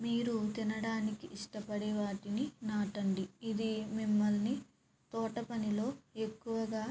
మీరు తినడానికి ఇష్టపడే వాటిని నాటండి ఇది మిమ్మల్ని తోట పనిలో ఎక్కువగా